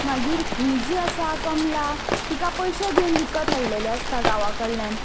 मागीर ही जी आसा कमला तिका पयशे दिवन विकत हाडलेलें आसता गांवां कडल्यान